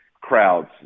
crowds